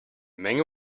menge